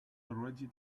already